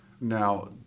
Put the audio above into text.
Now